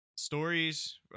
Stories